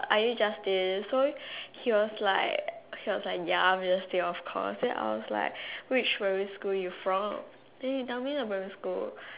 are you Justin so he was like he was like ya I'm Justin of course then I was like which primary school you from then he tell me the primary school